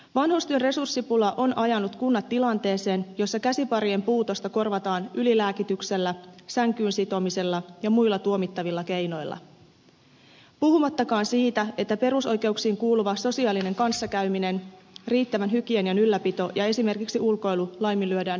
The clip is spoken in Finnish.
vanhustyön resurssipula on ajanut kunnat tilanteeseen jossa käsiparien puutosta korvataan ylilääkityksellä sänkyyn sitomisella ja muilla tuomittavilla keinoilla puhumattakaan siitä että perusoikeuksiin kuuluva sosiaalinen kanssakäyminen riittävän hygienian ylläpito ja esimerkiksi ulkoilu laiminlyödään hyvin usein